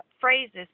phrases